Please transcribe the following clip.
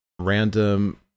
random